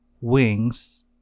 wings